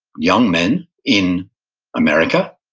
young men, in america,